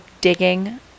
digging